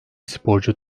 sporcu